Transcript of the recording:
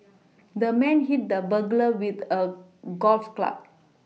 the man hit the burglar with a golf club